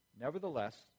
Nevertheless